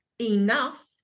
enough